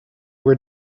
were